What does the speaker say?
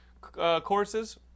courses